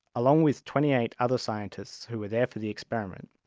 along with twenty eight other scientists who were there for the experiment,